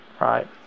Right